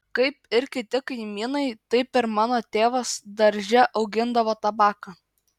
kaip ir kiti kaimynai taip ir mano tėvas darže augindavo tabaką